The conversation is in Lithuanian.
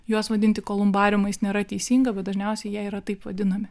juos vadinti kolumbariumais nėra teisinga bet dažniausiai jie yra taip vadinami